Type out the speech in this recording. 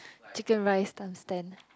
chicken rice times ten